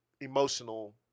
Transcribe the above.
emotional